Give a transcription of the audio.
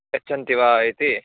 यच्छन्ति वा इति